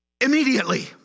Immediately